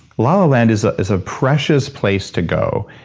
la-la land is ah is a precious place to go.